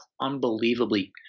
unbelievably